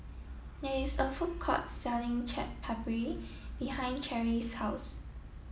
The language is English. there is a food court selling Chaat Papri behind Charlsie's house